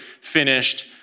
finished